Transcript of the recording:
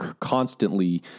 Constantly